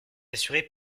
assurée